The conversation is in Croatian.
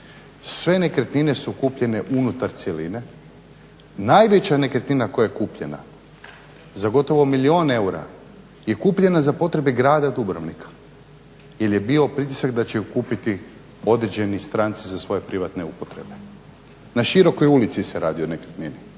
Sve nekretnine su kupljene unutar cjeline. Najveća nekretnina koja je kupljena za gotovo milijun eura je kupljena za potrebe grada Dubrovnika jer je bio pritisak da će je kupiti određeni stranci za svoje privatne upotrebe. Na Širokoj ulici se radi o nekretnini.